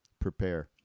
Prepare